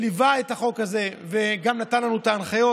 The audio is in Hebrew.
שליווה את החוק הזה וגם נתן לנו את ההנחיות,